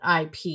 IP